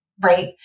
right